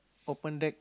open deck